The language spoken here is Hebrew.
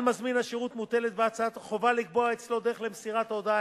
על מזמין השירות מוטלת בהצעת החוק חובה לקבוע אצלו דרך למסירת הודעה